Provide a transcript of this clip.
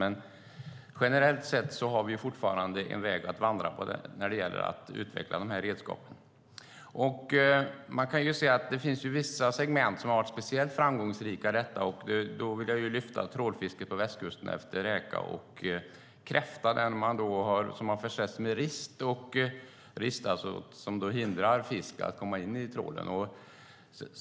Men generellt sett har vi fortfarande en väg att vandra när det gäller att utveckla redskapen. Det finns vissa segment som har varit speciellt framgångsrika i detta. Jag vill här lyfta fram trålfisket på Västkusten efter räka och kräfta. Trålen har försetts med rist som hindrar fisk att komma in i trålen.